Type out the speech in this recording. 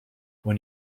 when